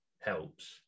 helps